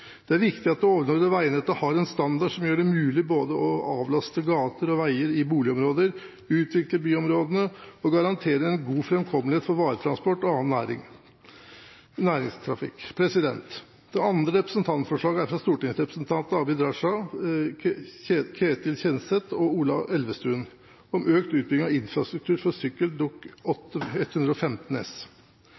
Det er viktig at det overordnede veinettet har en standard som gjør det mulig å både avlaste gater og veier i boligområder, utvikle byområdene og garantere en god framkommelighet for varetransport og annen næringstrafikk. Det andre representantforslaget er fra stortingsrepresentantene Abid Q. Raja, Ketil Kjenseth og Ola Elvestuen om økt utbygging av infrastruktur for sykkel, Dokument 8:115 S.